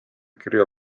kirja